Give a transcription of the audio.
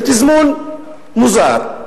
בתזמון מוזר,